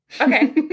Okay